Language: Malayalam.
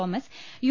Thomas U